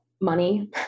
money